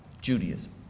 Judaism